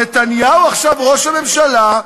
נתניהו עכשיו ראש הממשלה,